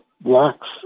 blocks